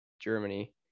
Germany